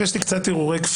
(תיקון) (הארכת הוראת שעה),